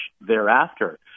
thereafter